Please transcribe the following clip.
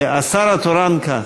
השר התורן כאן.